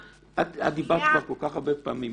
את דיברת כבר כל כך הרבה פעמים.